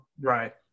Right